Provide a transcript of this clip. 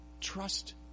Trust